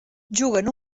juguen